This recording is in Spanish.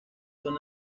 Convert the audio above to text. son